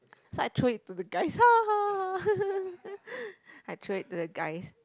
so I throw it to the guys I throw it to the guys